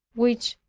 which,